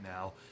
now